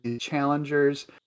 challengers